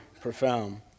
profound